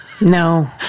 No